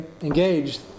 engaged